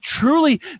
truly